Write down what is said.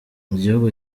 igihugu